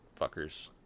fuckers